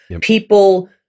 People